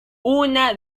una